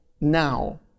now